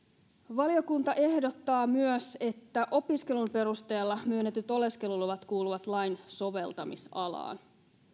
valiokunta ehdottaa myös että opiskelun perusteella myönnetyt oleskeluluvat kuuluvat lain soveltamisalaan ja